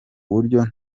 buryo